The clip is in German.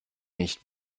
nicht